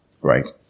right